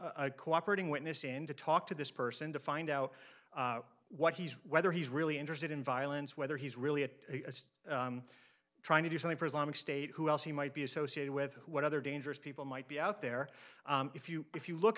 a cooperating witness and to talk to this person to find out what he's whether he's really interested in violence whether he's really it trying to do something for islamic state who else he might be associated with what other dangerous people might be out there if you if you look